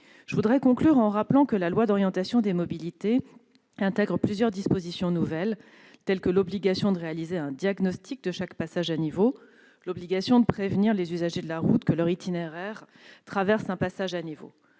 Pour conclure, je rappelle que la loi d'orientation des mobilités intègre plusieurs dispositions nouvelles, telles que l'obligation de réaliser un diagnostic de chaque passage à niveau, l'obligation de prévenir les usagers de la route que leur itinéraire traverse un passage à niveau.